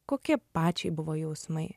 kokie pačiai buvo jausmai